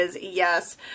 Yes